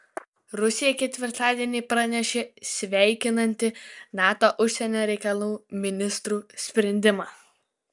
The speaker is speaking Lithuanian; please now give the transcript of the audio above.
rusija ketvirtadienį pranešė sveikinanti nato užsienio reikalų ministrų sprendimą